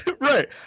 Right